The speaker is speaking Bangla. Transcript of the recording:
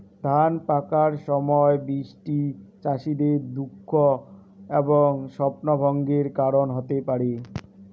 ধান পাকার সময় বৃষ্টি চাষীদের দুঃখ এবং স্বপ্নভঙ্গের কারণ হতে পারে